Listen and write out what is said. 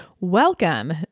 Welcome